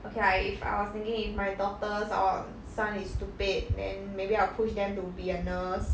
okay lah if I was thinking if my daughters or son is stupid then maybe I'll push them to be a nurse